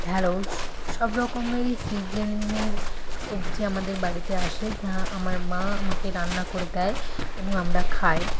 ঢ্যাঁড়শ সব রকমেরই সিজেনের সবজি আমাদের বাড়িতে আসে যা আমার মা আমাকে রান্না করে দেয় এবং আমরা খায়